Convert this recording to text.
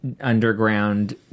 underground